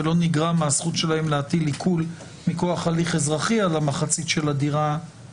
ולא נגרע מהזכות שלהם להטיל עיקול מכוח הליך אזרחי על המחצית של הדירה.